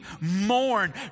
mourn